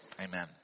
amen